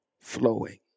flowing